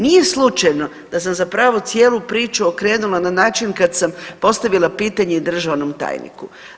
Nije slučajno da sam zapravo cijelu priču okrenula na način kad sam postavila pitanje državnom tajniku.